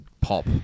Pop